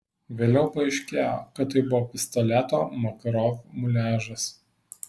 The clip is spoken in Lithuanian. vėliau paaiškėjo kad tai buvo pistoleto makarov muliažas